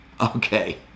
Okay